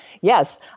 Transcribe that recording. yes